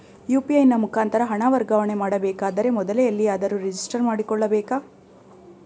UPI ನ ಮುಖಾಂತರ ಹಣ ವರ್ಗಾವಣೆ ಮಾಡಬೇಕಾದರೆ ಮೊದಲೇ ಎಲ್ಲಿಯಾದರೂ ರಿಜಿಸ್ಟರ್ ಮಾಡಿಕೊಳ್ಳಬೇಕಾ?